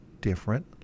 different